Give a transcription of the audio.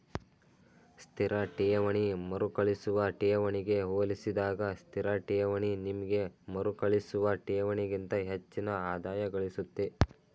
ಸ್ಥಿರ ಠೇವಣಿ ಮರುಕಳಿಸುವ ಠೇವಣಿಗೆ ಹೋಲಿಸಿದಾಗ ಸ್ಥಿರಠೇವಣಿ ನಿಮ್ಗೆ ಮರುಕಳಿಸುವ ಠೇವಣಿಗಿಂತ ಹೆಚ್ಚಿನ ಆದಾಯಗಳಿಸುತ್ತೆ